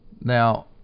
Now